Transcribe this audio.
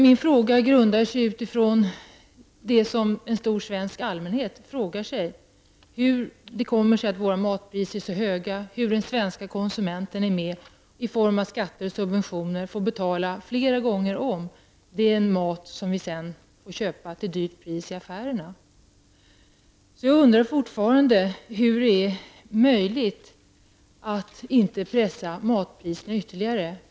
Min fråga grundar sig på det som en stor svensk allmänhet frågar sig, nämligen hur det kommer sig att våra matpriser är så höga och hur det kommer sig att den svenska konsumenten genom skatter och subventioner är med och betalar flera gånger om för den mat som vi sedan får köpa till ett högt pris i affärerna. Jag undrar fortfarande hur det är möjligt att inte pressa ned matpriserna ytterligare.